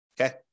okay